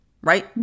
Right